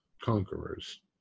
conquerors